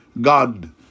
God-